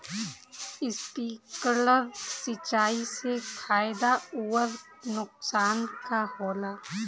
Sprinkler सिंचाई से फायदा अउर नुकसान का होला?